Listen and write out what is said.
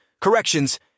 corrections